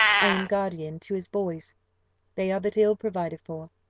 i am guardian to his boys they are but ill provided for.